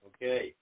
Okay